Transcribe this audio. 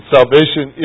Salvation